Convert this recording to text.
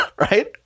Right